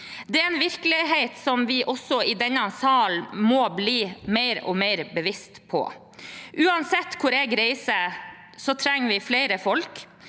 Det er en virkelighet som vi også i denne salen må bli mer og mer bevisst på. Uansett hvor jeg reiser, trenger vi flere folk.